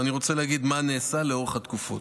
ואני רוצה להגיד מה נעשה לאורך התקופה: